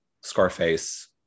Scarface